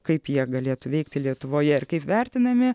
kaip jie galėtų veikti lietuvoje ir kaip vertinami